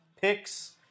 picks